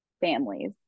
families